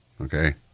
Okay